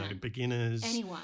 beginners